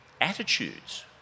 attitudes